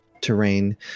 terrain